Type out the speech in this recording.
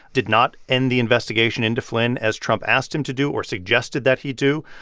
did not end the investigation into flynn as trump asked him to do or suggested that he do.